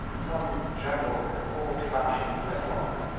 some gentle old-fashioned flint-lock,